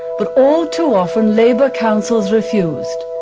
but all too often labour councils refused.